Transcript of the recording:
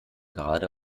gerade